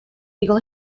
legal